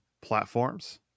platforms